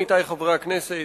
עמיתי חברי הכנסת,